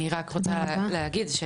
אני רק רוצה להגיד,